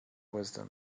wisdom